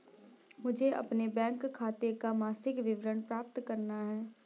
मुझे अपने बैंक खाते का मासिक विवरण प्राप्त करना है?